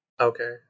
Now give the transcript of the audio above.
okay